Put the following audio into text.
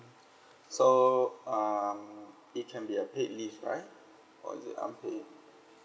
so um it can be a paid leave right or is it unpaid leave